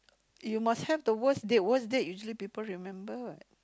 you must have the worst date worst date usually people remember